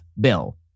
bill